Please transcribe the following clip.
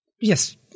yes